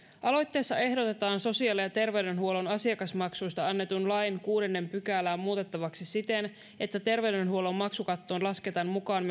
aloitteessa ehdotetaan sosiaali ja terveydenhuollon asiakasmaksuista annetun lain kuudetta pykälää muutettavaksi siten että terveydenhuollon maksukattoon lasketaan mukaan